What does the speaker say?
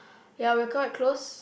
ya we're quite close